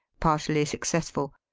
partially successful.